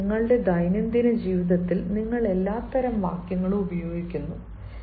അതിനാൽ നിങ്ങളുടെ ദൈനംദിന ജീവിതത്തിൽ നിങ്ങൾ എല്ലാത്തരം വാക്യങ്ങളും ഉപയോഗിക്കുന്നു